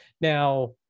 Now